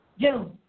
June